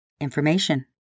Information